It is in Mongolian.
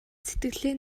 сэтгэлээ